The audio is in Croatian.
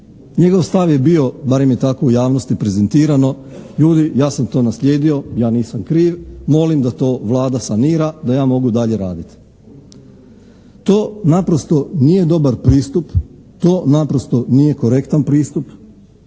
Njegov stav je bio, barem je tako u javnosti prezentirano, ljudi ja sam to naslijedio, ja nisam kriv, molim da to Vlada sanira da ja mogu dalje raditi. To naprosto nije dobar pristup, to naprosto nije korektan pristup.